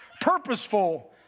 purposeful